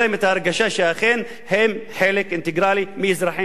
שאכן הם חלק אינטגרלי של אזרחי מדינת ישראל.